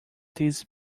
these